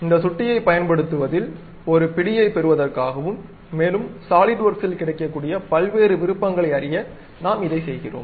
இந்த சுட்டியைப் பயன்படுத்துவதில் ஒரு பிடியைப் பெறுவதற்காவும் மேலும் சாலிட்வொர்க்ஸில் கிடைக்கக்கூடிய பல்வேறு விருப்பங்களை அறிய நாம் இதைச் செய்கிறோம்